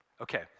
Okay